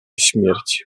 śmierć